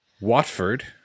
Watford